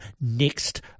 next